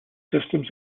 systems